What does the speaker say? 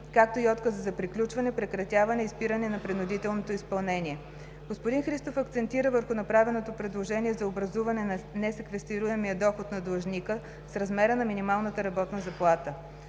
както и отказа за приключване, прекратяване и спиране на принудителното изпълнение. Господин Христов акцентира върху направеното предложение за образуване на несеквестируемия доход на длъжника с размера на минималната работна заплата.